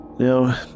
Now